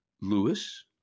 Lewis